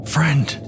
Friend